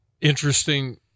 Interesting